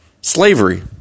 slavery